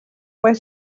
where